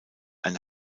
ein